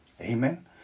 Amen